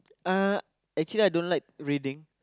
uh actually I don't like reading